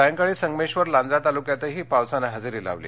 सायंकाळी संगमेश्वर लांजा तालुक्यातही पावसानं हजेरी लावली